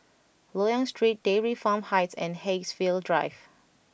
Loyang Street Dairy Farm Heights and Haigsville Drive